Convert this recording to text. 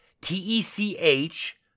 T-E-C-H